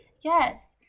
yes